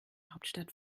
hauptstadt